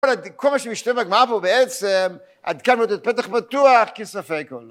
כל מה שמשתנה בגרמה פה בעצם עד כאן נותנת פתח בטוח כספק או לא